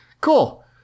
Cool